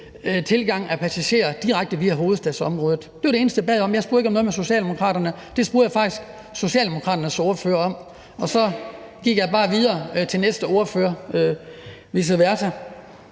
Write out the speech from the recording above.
tilgang af passagerer direkte via hovedstadsområdet. Det var det eneste, jeg bad om. Jeg spurgte ikke om noget med Socialdemokraterne. Det spurgte jeg faktisk Socialdemokraternes ordfører om, og så gik jeg bare videre til næste ordfører, og så